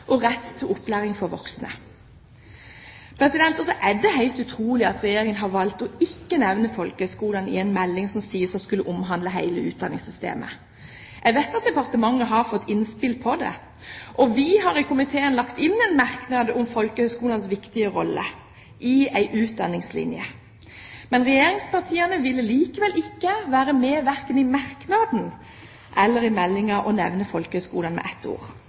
og rett til opplæring for voksne. Det er helt utrolig at Regjeringen har valgt ikke å nevne folkehøgskolene i en melding som sies å skulle omhandle hele utdanningssystemet. Jeg vet at departementet har fått innspill på dette, og vi har i komiteen lagt inn en merknad om folkehøgskolenes viktige rolle i en utdanningslinje. Men regjeringspartiene ville likevel ikke være med på merknaden, og heller ikke i meldingen nevnes folkehøgskolene med ett ord.